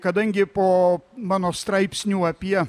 kadangi po mano straipsnių apie